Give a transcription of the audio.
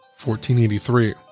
1483